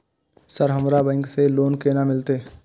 Sir हमरा bank से loan केना मिलते?